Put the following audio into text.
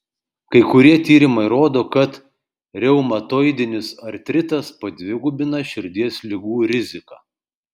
kai kurie tyrimai rodo kad reumatoidinis artritas padvigubina širdies ligų riziką